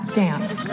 dance